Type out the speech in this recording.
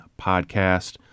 podcast